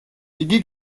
იგი